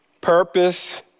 purpose